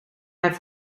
hij